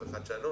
וחדשנות.